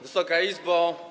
Wysoka Izbo!